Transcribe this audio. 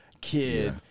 kid